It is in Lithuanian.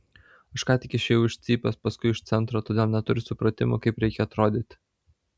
aš ką tik išėjau iš cypės paskui iš centro todėl neturiu supratimo kaip reikia atrodyti